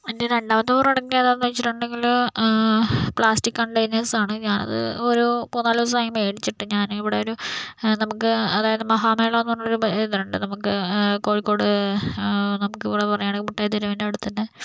എൻ്റെ രണ്ടാമത്തെ പ്രൊഡക്ട് ഏതാണെന്ന് വെച്ചിട്ടുണ്ടെങ്കിൽ പ്ലാസ്റ്റിക് കണ്ടെയ്നർസാണ് ഞാൻ അത് ഓരോ മൂന്ന് നാല് ദിവസം ആയി മേടിച്ചിട്ട് ഞാൻ ഇവിടെ ഒരു നമുക്ക് അതായത് മഹാമേള എന്ന് പറഞ്ഞ് ഒരു ഇത് ഉണ്ട് നമുക്ക് കോഴിക്കോട് നമുക്ക് ഇവിടെ പറയുകയാണെങ്കിൽ മുട്ടായിതെരുവിൻ്റെ അവിടെ തന്നെ